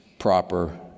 proper